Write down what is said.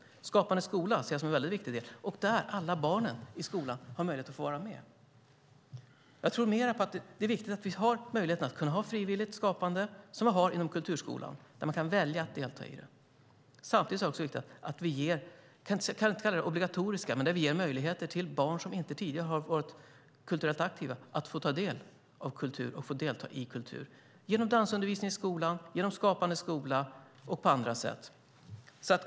Jag ser Skapande skola som en väldigt viktig del. Där har alla barnen i skolan möjlighet att få vara med. Det är viktigt att vi kan ha möjligheter till frivilligt skapande som vi har inom kulturskolan där man kan välja att delta. Samtidigt är det också viktigt att vi ger möjligheter, vi kan inte kalla det obligatoriskt, till barn som inte tidigare har varit kulturellt aktiva att få ta del av kultur och få delta i kulturverksamhet. Det kan de få genom att delta i dansundervisning i skolan, Skapande skola och på andra sätt.